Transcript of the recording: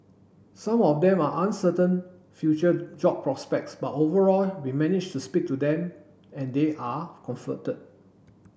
some of them are uncertain future job prospects but overall we managed to speak to them and they are comforted